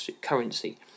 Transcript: currency